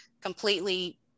completely